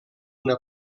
una